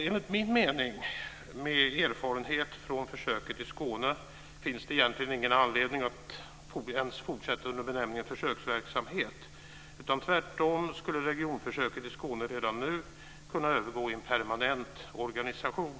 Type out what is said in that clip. Enligt min mening finns det med erfarenhet från försöket i Skåne egentligen ingen anledning att fortsätta under benämningen försöksverksamhet. Tvärtom skulle regionförsöket redan nu kunna övergå i en permanent organisation.